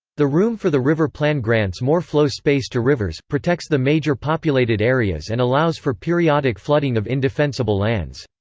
the room for the river plan grants more flow space to rivers, protects the major populated areas and allows for periodic flooding of indefensible lands.